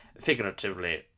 Figuratively